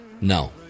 No